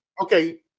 okay